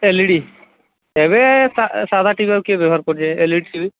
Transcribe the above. L E D ଏବେ ସାଧା T V ଆଉ କିଏ ବ୍ୟବହାର କରୁଛି ଯେ ଏଲ୍ ଇ ଡି ଟି ଭି